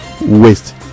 waste